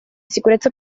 sicurezza